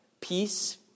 peace